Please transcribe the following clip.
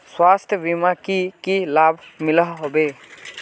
स्वास्थ्य बीमार की की लाभ मिलोहो होबे?